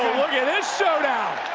yeah this showdown!